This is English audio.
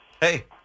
Hey